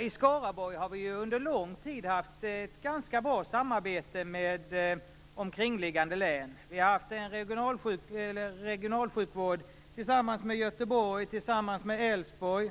I Skaraborg har vi ju under lång tid haft ett ganska bra samarbete med omkringliggande län. Vi har haft regionalsjukvård tillsammans med Göteborg och Älvsborg,